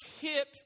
hit